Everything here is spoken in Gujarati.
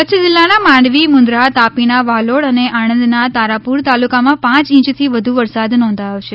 કચ્છ જિલ્લાના માંડવી મુન્દ્રા તાપીના વાલોડ અને આણંદના તારાપુર તાલુકામાં પાંચ ઇંચથી વધુ વરસાદ નોંધાથો છે